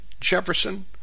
Jefferson